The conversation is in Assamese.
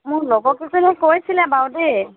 মোৰ লগৰকেইজনীয়েও কৈছিলে বাৰু দেই